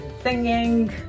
singing